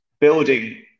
building